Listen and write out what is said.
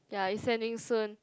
ya it's ending soon